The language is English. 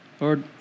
Lord